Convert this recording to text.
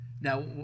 Now